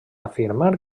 afirmar